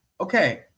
Okay